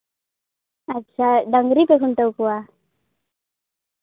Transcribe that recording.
ᱟᱪᱪᱷᱟ ᱰᱟᱝᱨᱤ ᱠᱚ ᱠᱷᱩᱱᱴᱟᱹᱣ ᱠᱚᱣᱟ